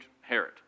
Herod